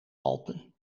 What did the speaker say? alpen